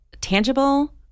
tangible